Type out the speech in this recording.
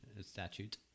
Statute